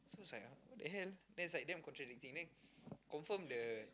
so it's like !huh! what the hell then it's like damn contradicting then confirm the